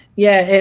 yeah,